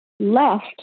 left